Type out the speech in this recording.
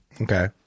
Okay